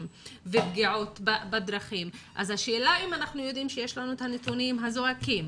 ופגיעות בדרכים אם אנחנו יודעים שיש לנו נתונים זועקים,